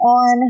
on